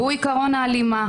והוא עיקרון ההלימה,